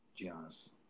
Giannis